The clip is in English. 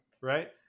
Right